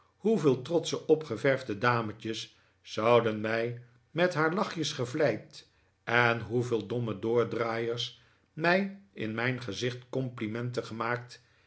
hoeveel trotsche opgeverfde dametjes zouden mij met haar lachjes gevleid en hoeveel domme doordraaiers mij in mijn gezicht complimenten gemaakt